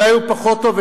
אולי הוא פחות טוב,